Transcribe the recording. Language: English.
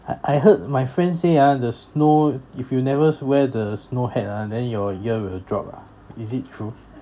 I I heard my friend say ah the snow if you never wear the snow hat ah then your ear will drop ah is it true